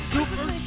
Super